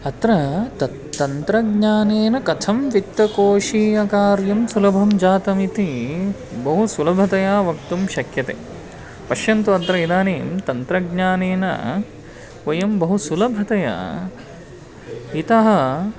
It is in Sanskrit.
अत्र तत् तन्त्रज्ञानेन कथं वित्तकोशीयकार्यं सुलभं जातमिति बहु सुलभतया वक्तुं शक्यते पश्यन्तु अत्र इदानीं तन्त्रज्ञानेन वयं बहु सुलभतया इतः